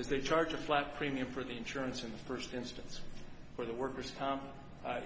is they charge a flat premium for the insurance in the first instance where the worker's comp